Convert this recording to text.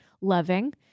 loving